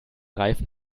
reifen